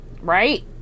right